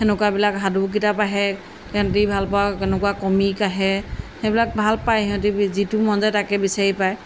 তেনেকুৱাবিলাক সাধু কিতাপ আহে সিহঁতি ভাল পোৱা তেনেকুৱা কমিক আহে সেইবিলাক ভাল পায় সিহঁতি যিটো মন যায় তাকে বিচাৰি পায়